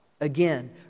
Again